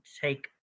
take